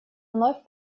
вновь